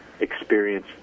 experience